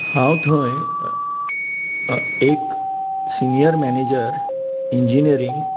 हांव थंय एक सिनियर मॅनेजर इंजिनियरींग